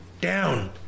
down